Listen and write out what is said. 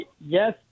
yes